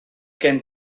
gen